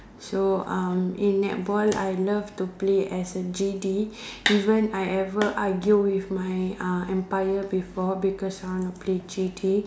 so uh in netball I love to play as a G_D even I ever argue with my uh umpire before because I want to play G_D